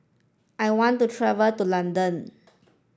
I want to travel to London